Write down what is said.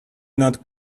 not